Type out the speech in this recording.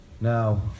Now